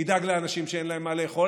ידאג לאנשים שאין להם מה לאכול.